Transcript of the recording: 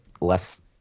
less